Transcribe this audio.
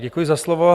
Děkuji za slovo.